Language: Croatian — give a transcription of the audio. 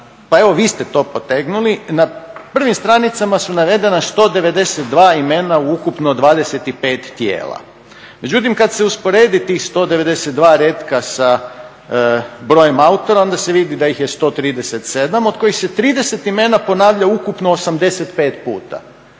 pa evo vi ste to potegnuli, na prvim stranicama su navedena 192 imena u ukupno 25 tijela. Međutim kada se usporedi tih 192 retka sa brojem autora onda se vidi da ih je 137 od kojih se 30 imena ponavlja ukupno 85 puta,